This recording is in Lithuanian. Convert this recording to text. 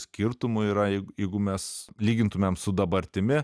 skirtumų yra jeig jeigu mes lygintumėm su dabartimi